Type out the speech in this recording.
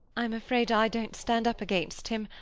i'm afraid i don't stand up against him.